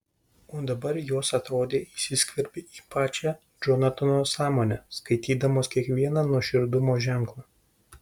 o dabar jos atrodė įsiskverbė į pačią džonatano sąmonę skaitydamos kiekvieną nuoširdumo ženklą